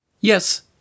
Yes